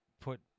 put